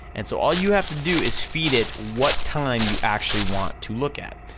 and so all you have to do is feed it what time you actually want to look at,